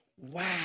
Wow